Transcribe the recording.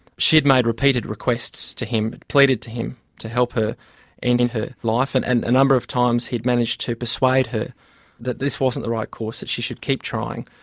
she had made repeated requests to him, pleaded to him to help her end her life, and and a number of times he'd managed to persuade her that this wasn't the right course, that she should keep trying.